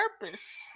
purpose